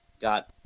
got